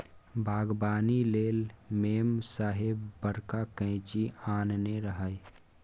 बागबानी लेल मेम साहेब बड़का कैंची आनने रहय